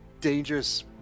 Dangerous